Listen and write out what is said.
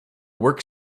work